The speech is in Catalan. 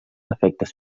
efectes